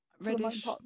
reddish